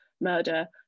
murder